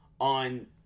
on